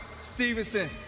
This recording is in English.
Stevenson